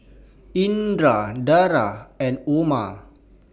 Indra Dara and Umar